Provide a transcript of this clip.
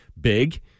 big